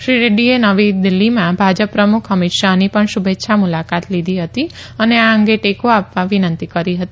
શ્રી રેડૃએ નવી દિલ્હીમાં ભાજપ પ્રમુખ અમીત શાહની પણ શુભેચ્છા મુલાકાત લીધી હતી અને આ અંગે ટેકો આપવા વિનંતી કરી હતી